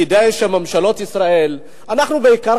כדאי שממשלות ישראל אנחנו בעיקר,